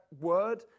word